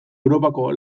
europako